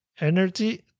energy